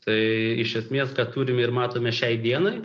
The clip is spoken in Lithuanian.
tai iš esmės ką turime ir matome šiai dienai